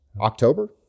October